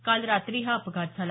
काल रात्री हा अपघात झाला